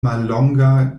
mallonga